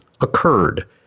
occurred